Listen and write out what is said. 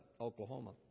Oklahoma